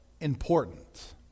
important